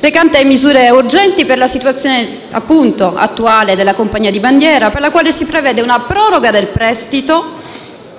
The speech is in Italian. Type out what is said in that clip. recante misure urgenti per la situazione attuale della compagnia di bandiera, per la quale si prevede una proroga del prestito